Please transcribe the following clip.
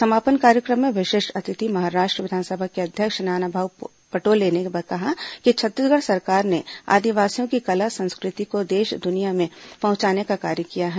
समापन कार्यक्रम के विशिष्ट अतिथि महाराष्ट्र विधानसभा के अध्यक्ष नानाभाऊ पटोले ने कहा कि छत्तीसगढ़ सरकार ने आदिवासियों की कला संस्कृति को देश दुनिया में पहुंचाने का कार्य किया है